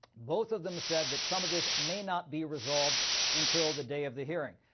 both of them said that some of this may not be resolved until the day of the hearing.